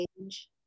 change